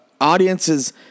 audiences